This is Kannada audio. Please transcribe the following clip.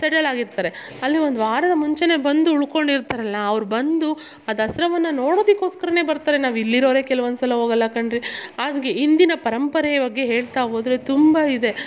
ಸೆಟೆಲ್ ಆಗಿರ್ತಾರೆ ಅಲ್ಲಿ ಒಂದು ವಾರದ ಮುಂಚೆನೆ ಬಂದು ಉಳಕೊಂಡಿರ್ತರಲ್ಲ ಅವ್ರು ಬಂದು ಆ ದಸರವನ್ನ ನೋಡೊದಕ್ಕೋಸ್ಕರನೆ ಬರ್ತಾರೆ ನಾವಿಲ್ಲಿರೋರೆ ಕೆಲವೊಂದು ಸಲ ಹೋಗಲ್ಲ ಕಣ್ರಿ ಹಂಗೆ ಇಂದಿನ ಪರಂಪರೆಯ ಬಗ್ಗೆ ಹೇಳ್ತ ಹೋದರೆ ತುಂಬ ಇದೆ